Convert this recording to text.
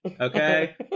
okay